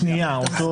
שנייה בחברות.